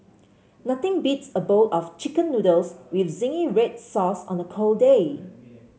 nothing beats a bowl of chicken noodles with zingy red sauce on a cold day